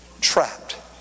trapped